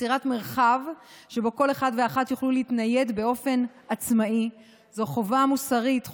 יצירת מרחב שבו כל אחד ואחת יוכלו להתנייד באופן עצמאי זו חובה מוסרית,